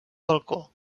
balcó